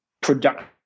production